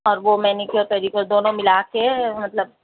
اور وہ manicure pedicure دونوں مِلا کے مطلب